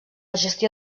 gestió